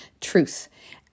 truth